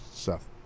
Seth